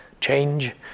change